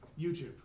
YouTube